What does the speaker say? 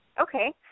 Okay